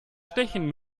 stechen